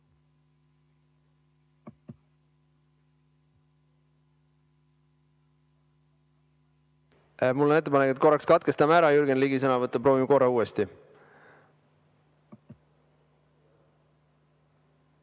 Mul on ettepanek, et korraks katkestame ära Jürgen Ligi sõnavõtu, proovime korra uuesti.